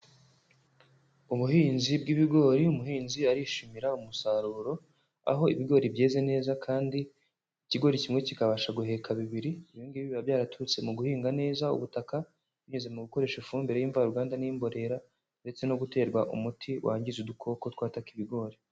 Ubuhinzi bw'ibigori umuhinzi arishimira umusaruro, aho ibigori byeze neza kandi, ikigori kimwe kikabasha guheka bibiri, ibi ngibi biba byaraturutse mu guhinga neza ubutaka, binyuze mu gukoresha ifumbire y'ivaruganda n'iy'imborera, ndetse no guterwa umuti wangiza udukoko twataka ibigori.